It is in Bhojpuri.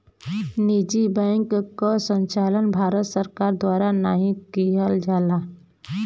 निजी बैंक क संचालन भारत सरकार द्वारा नाहीं किहल जाला